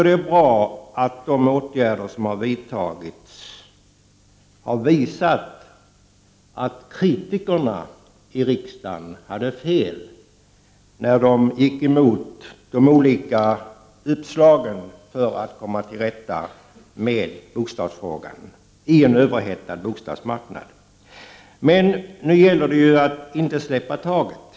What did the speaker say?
Det är bra att de åtgärder som har vidtagits har visat att kritikerna i riksdagen hade fel när de gick emot de olika uppslag som fanns för att komma till rätta med bostadsfrågan på en överhettad bostadsmarknad. Det gäller nu att inte släppa taget.